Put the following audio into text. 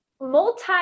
multi